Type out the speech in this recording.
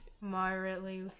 moderately